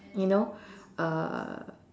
you know uh